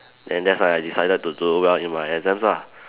and that's when I decided to do well in my exams ah